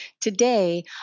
Today